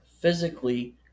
physically